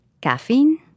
caffeine